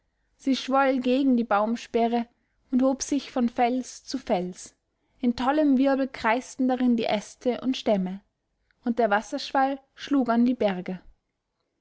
sie schwoll gegen die baumsperre und hob sich von fels zu fels in tollem wirbel kreisten darin die äste und stämme und der wasserschwall schlug an die berge